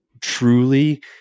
truly